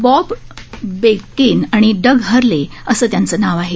Bob Behnken आणि Doug Hurley असं त्यांचं नाव आहे